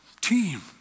team